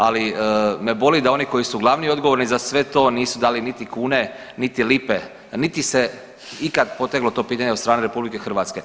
Ali me boli da oni koji su glavni i odgovorni za sve to nisu dali niti kune niti lipe niti se ikad poteglo to pitanje od strane RH.